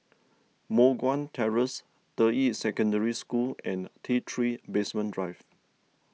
Moh Guan Terrace Deyi Secondary School and T three Basement Drive